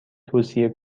توصیه